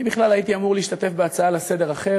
אני בכלל הייתי אמור להשתתף בהצעה אחרת לסדר-היום,